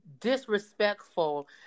disrespectful